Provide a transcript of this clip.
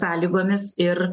sąlygomis ir